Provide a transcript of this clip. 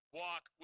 walk